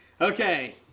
Okay